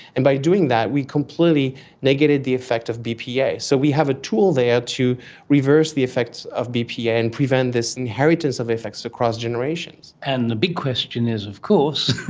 and by doing that we completely negated the effect of bpa. so we have a tool there to reverse the effects of bpa and prevent this inheritance of effects across generations. and the big question is of course,